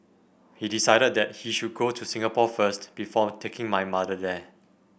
he decided that he should go to Singapore first before taking my mother there